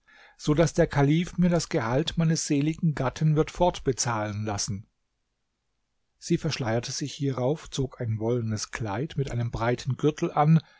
so daß der kalif mir das gehalt meines seligen gatten wird fortbezahlen lassen sie verschleierte sich hierauf zog ein wollenes kleid mit einem breiten gürtel an